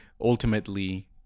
ultimately